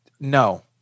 No